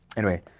anyway,